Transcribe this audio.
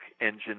engine